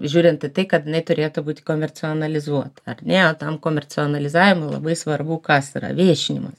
žiūrint į tai kad jinai turėtų būti komercionalizuota ar ne o tam komercionalizavimui labai svarbu kas yra viešinimas